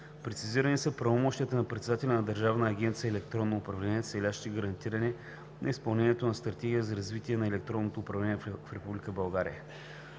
Прецизирани са правомощията на председателя на Държавна агенция „Електронно управление“, целящи гарантиране на изпълнението на Стратегията за развитие на електронното управление в